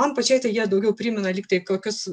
man pačiai tai jie daugiau primena lygtai kokius